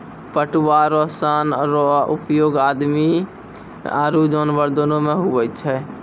पटुआ रो सन रो उपयोग आदमी आरु जानवर दोनो मे हुवै छै